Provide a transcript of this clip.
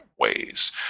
ways